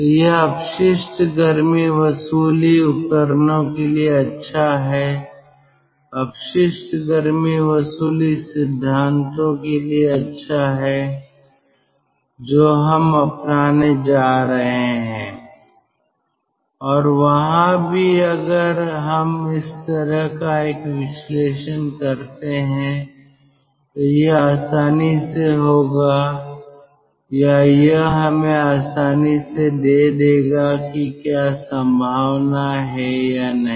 तोयह अपशिष्ट गर्मी वसूली उपकरणों के लिए अच्छा है अपशिष्ट गर्मी वसूली सिद्धांतों के लिए अच्छा है जो हम अपनाने जा रहे हैं और वहाँ भी अगर हम इस तरह का एक विश्लेषण करते हैं तो यह आसानी से होगा या यह हमें आसानी से दे देगा कि क्या संभावना है या नहीं